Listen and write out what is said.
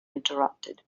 interrupted